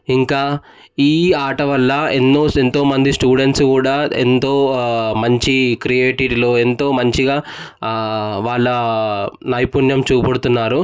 ఇంకా ఈ ఆట వల్ల ఎన్నో ఎంతోమంది స్టూడెంట్స్ కూడా ఎంతో మంచి క్రియేటివిటీలో ఎంతో మంచిగా వాళ్ళ నైపుణ్యం చూపెడుతున్నారు